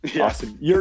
awesome